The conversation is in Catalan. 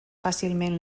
fàcilment